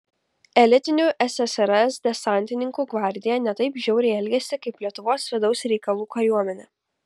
elitinių ssrs desantininkų gvardija ne taip žiauriai elgėsi kaip lietuvos vidaus reikalų kariuomenė